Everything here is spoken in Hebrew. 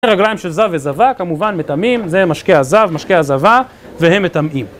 מי רגליים של זב וזבה כמובן מטמאים, זה משקה הזב, משקה הזבה והם מטמאים.